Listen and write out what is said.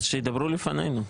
אז שידברו לפנינו.